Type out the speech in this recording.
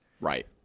right